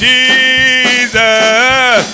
Jesus